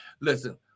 listen